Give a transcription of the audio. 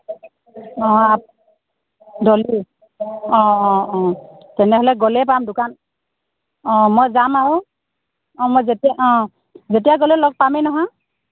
অ' ডলি অ' অ' অ' তেনেহ'লে গ'লেই পাম দোকান অ' মই যাম আৰু অ' মই যেতিয়া অ' যেতিয়া গ'লেও লগ পামেই নহয়